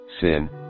sin